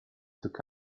took